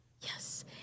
yes